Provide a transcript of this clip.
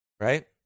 Right